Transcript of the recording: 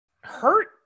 hurt